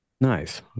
nice